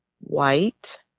white